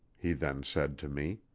he then said to me.